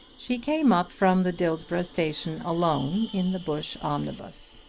she came up from the dillsborough station alone in the bush omnibus.